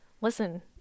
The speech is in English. Listen